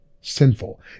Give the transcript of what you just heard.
sinful